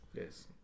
Yes